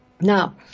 Now